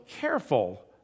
careful